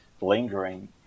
lingering